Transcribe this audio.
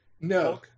No